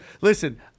Listen